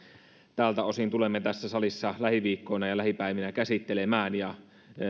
tältä osin tulemme tässä salissa lähiviikkoina ja lähipäivinä käsittelemään